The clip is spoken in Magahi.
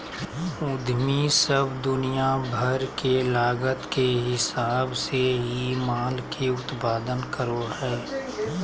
उद्यमी सब दुनिया भर के लागत के हिसाब से ही माल के उत्पादन करो हय